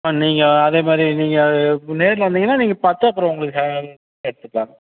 ma'am நீங்கள் அதே மாதிரி நீங்கள் நேரில் வந்தீங்கன்னா நீங்கள் பார்த்து அப்புறம் உங்களுக்கு எடுத்துக்கலாம்